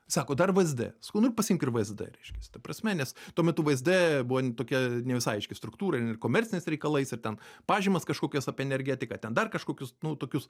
sako dar vzd sakau nu ir pasiimk ir vzd reiškias ta prasme nes tuo metu vzd buvo tokia ne visai aiški struktūra komerciniais reikalais ir ten pažymas kažkokias apie energetiką ten dar kažkokius nu tokius